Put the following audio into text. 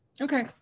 Okay